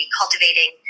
cultivating